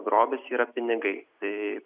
grobis yra pinigai tai